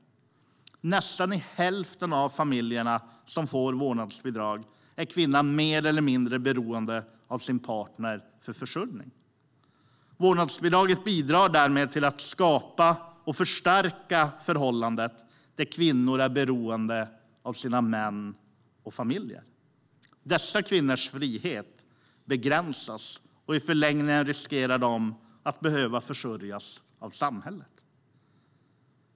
I nästan hälften av de familjer som får vårdnadsbidrag är kvinnan mer eller mindre beroende av sin partner för sin försörjning. Därmed bidrar vårdnadsbidraget till att skapa och förstärka förhållanden där kvinnor är beroende av sina män och familjen. Dessa kvinnors frihet begränsas, och i förlängningen riskerar de att behöva försörjas av samhället.